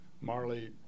Marley